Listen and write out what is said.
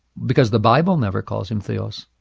because the bible never calls him theos.